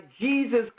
Jesus